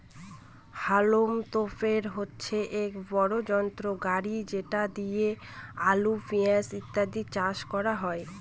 হাউলম তোপের হচ্ছে এক বড় যন্ত্র গাড়ি যেটা দিয়ে আলু, পেঁয়াজ ইত্যাদি চাষ করা হয়